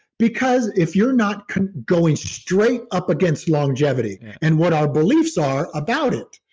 because if you're not going straight up against longevity and what our beliefs are about it.